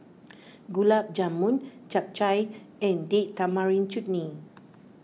Gulab Jamun Japchae and Date Tamarind Chutney